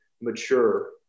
mature